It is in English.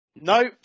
Nope